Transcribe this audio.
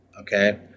okay